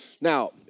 Now